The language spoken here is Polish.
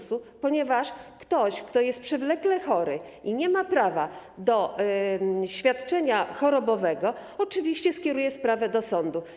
Stanie się tak, ponieważ ktoś, kto jest przewlekle chory i nie ma prawa do świadczenia chorobowego, oczywiście skieruje sprawę do sądu.